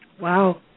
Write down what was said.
Wow